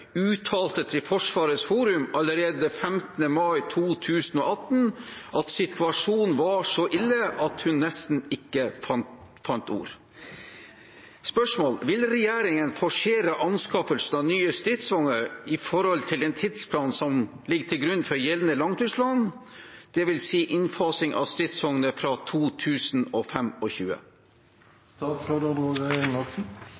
uttalte til Forsvarets forum allerede 15. mai 2018 at situasjonen var så «ille» at hun «nesten ikke finner ord». Vil regjeringen forsere anskaffelse av nye stridsvogner i forhold til den tidsplanen som gjeldende langtidsplan legger opp til, det vil si innfasing av nye stridsvogner fra